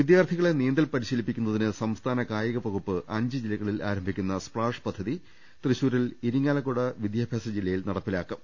വിദ്യാർഥികളെ നീന്തൽ പരിശീലിപ്പിക്കുന്നതിന് സംസ്ഥാന കാ യിക വകുപ്പ് അഞ്ച് ജില്ലകളിൽ ആരംഭിക്കുന്ന സ്പ്ലാഷ് പദ്ധതി തൃ ശൂരിൽ ഇരിങ്ങാലക്കുട വിദ്യാഭ്യാസ ജില്ലയിൽ നടപ്പിലാക്കും